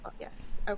Yes